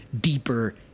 deeper